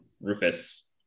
Rufus